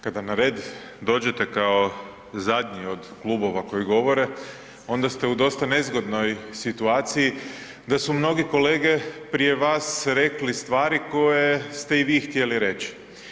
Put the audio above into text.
Kada na red dođete kao zadnji od klubova koji govore onda ste u dosta nezgodnoj situaciji da su mnogi kolege prije vas rekli stvari koje ste i vi htjeli reći.